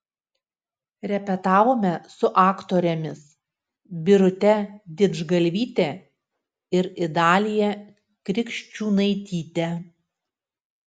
repetavome su aktorėmis birute didžgalvyte ir idalija krikščiūnaityte